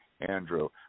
Andrew